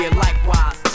likewise